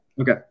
Okay